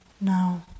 now